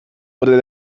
oder